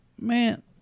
Man